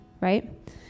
right